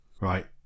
right